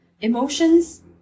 emotions